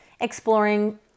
exploring